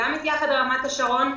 רותם בן-שמחון,